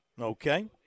Okay